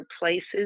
places